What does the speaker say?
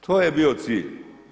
To je bio cilj.